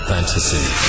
Fantasy